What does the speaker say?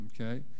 Okay